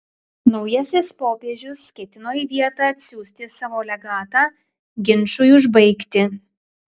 naujasis popiežius ketino į vietą atsiųsti savo legatą ginčui užbaigti